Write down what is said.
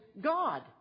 God